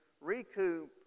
recoup